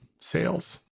sales